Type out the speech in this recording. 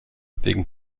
wegen